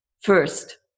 First